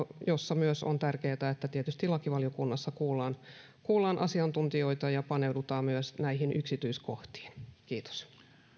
jossa myös on tärkeätä että tietysti lakivaliokunnassa kuullaan kuullaan asiantuntijoita ja paneudutaan näihin yksityiskohtiin kiitos